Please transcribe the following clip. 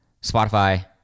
Spotify